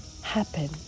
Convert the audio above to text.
happen